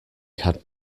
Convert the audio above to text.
had